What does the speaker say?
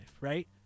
Right